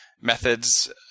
methods